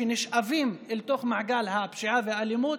שנשאבים אל תוך מעגל הפשיעה והאלימות,